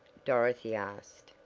dorothy asked,